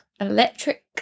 electric